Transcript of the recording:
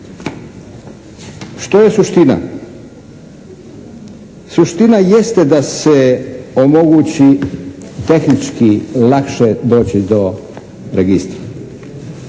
Što je suština? Suština jeste da se omogući tehnički lakše doći do registra